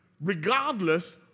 regardless